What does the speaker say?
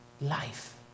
life